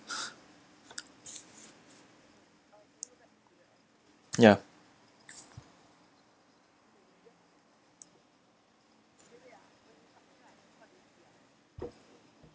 ya